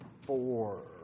four